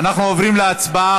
אנחנו עוברים להצבעה.